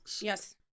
Yes